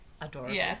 Adorable